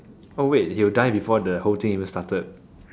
oh wait you will die before the whole thing even started